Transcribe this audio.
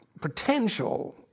potential